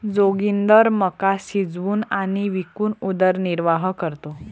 जोगिंदर मका शिजवून आणि विकून उदरनिर्वाह करतो